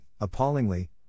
appallingly